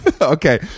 Okay